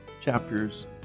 chapters